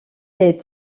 les